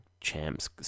champs